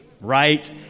right